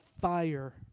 fire